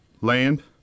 Land